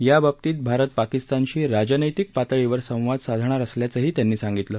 याबाबतीत भारत पाकिस्तानशी राजनैतिक पातळीवर संवाद साधणार असल्याचंही त्यांनी सांगितलं